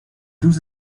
deux